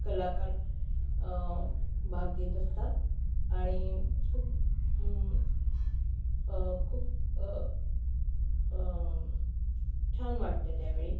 कलाकार भाग घेत असतात आणि खूप खूप छान वाटत आहे त्यावेळी